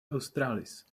australis